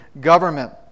government